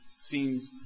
seems